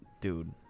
Dude